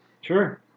Sure